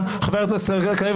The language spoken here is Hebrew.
חבר הכנסת משה סעדה,